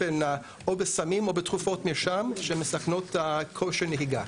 בסמים או בתרופות מרשם שמסכנות את כושר הנהיגה.